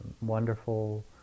wonderful